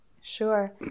Sure